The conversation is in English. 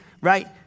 right